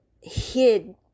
hid